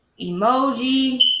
Emoji